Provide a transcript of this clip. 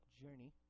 journey